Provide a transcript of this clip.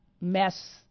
mess